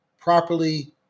properly